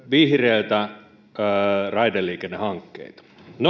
vihreiltä raideliikennehankkeita